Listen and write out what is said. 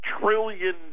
trillion